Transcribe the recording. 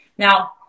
Now